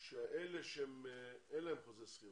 אז אני מציע דבר כזה: שאלה שאין להם חוזה שכירות